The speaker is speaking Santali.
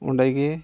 ᱚᱸᱰᱮ ᱜᱮ